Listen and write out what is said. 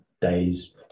days